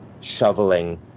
shoveling